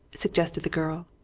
suggested the girl.